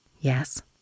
Yes